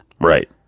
Right